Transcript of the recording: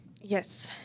Yes